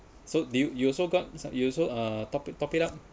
so do you you also got you also uh top top it up